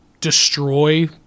destroy